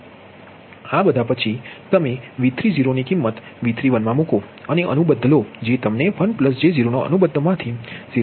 આ બધા પછી તમે V30 ની કિમ્મત V31 મા મૂકો અને અનુબદ્ધ લો જે તમને 1j0 નો અનુબદ્ધ માથી 0